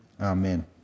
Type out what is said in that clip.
Amen